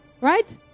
right